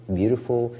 beautiful